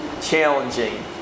challenging